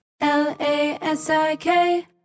L-A-S-I-K